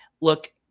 Look